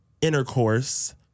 intercourse